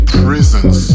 prisons